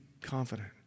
confident